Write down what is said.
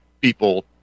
people